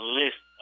list